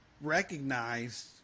recognized